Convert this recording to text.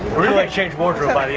we're gonna like change wardrobes.